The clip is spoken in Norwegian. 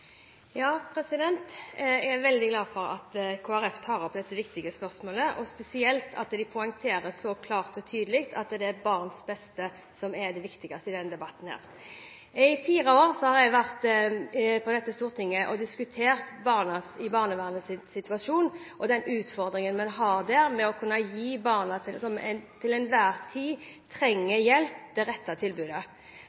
Jeg er veldig glad for at Kristelig Folkeparti tar opp dette viktige spørsmålet og spesielt at de poengterer så klart og tydelig at det er barns beste som er det viktigste i denne debatten. I fire år har jeg diskutert i Stortinget barnevernets situasjon og den utfordringen de har med til enhver tid å kunne gi det rette tilbudet til de barna som